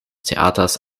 theaters